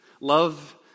love